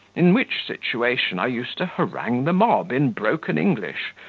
in which situation i used to harangue the mob in broken english,